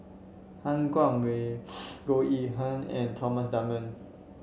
Han Guangwei Goh Yihan and Thomas Dunman